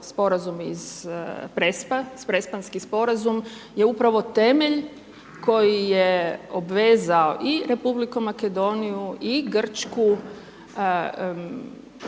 Prespa, Prespanski sporazum je upravo temelj koji je obvezao i R. Makedoniju i Grčku